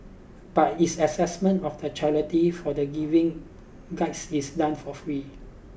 but its assessment of the charities for the Giving Guides is done for free